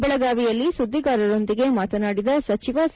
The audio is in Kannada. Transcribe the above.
ಬೆಳಗಾವಿಯಲ್ಲಿ ಸುದ್ದಿಗಾರೊಂದಿಗೆ ಮಾತನಾಡಿದ ಸಚಿವ ಸಿ